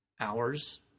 hours